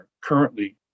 currently